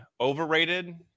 overrated